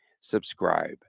subscribe